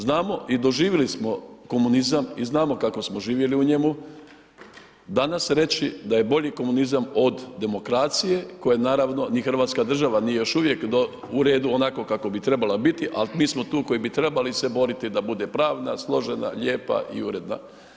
Znamo i doživili smo komunizam i znamo kako smo živjeli u njemu, danas reći da je bolji komunizam od demokracije, koju naravno ni hrvatska država nije još uvijek u redu onako kako bi trebala biti, al mi smo tu koji bi trebali se boriti da bude pravda složena, lijepa i uredna.